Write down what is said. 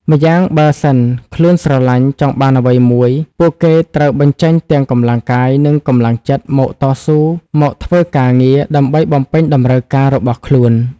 ម្យ៉ាងបើសិនខ្លួនស្រឡាញ់ ចង់បានអ្វីមួយពួកគេត្រូវបញ្ជេញទាំងកម្លាំងកាយនិងកម្លាំងចិត្តមកតស៊ូមកធ្វើការងារ ដើម្បីបំពេញតម្រូវការរបស់ខ្លួន។